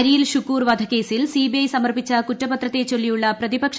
അരിയിൽ ഷുക്കൂർ വധക്കേസിൽ സമർപ്പിച്ച കുറ്റപത്രത്തെച്ചൊല്ലിയുള്ള പ്രതിപക്ഷ സി